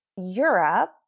Europe